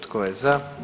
Tko je za?